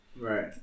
right